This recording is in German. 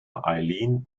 eileen